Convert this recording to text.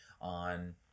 on